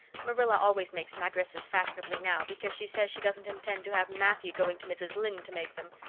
marilla always makes my dresses fashionably now, because she says she doesn't intend to have matthew going to mrs. lynde to make them.